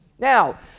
Now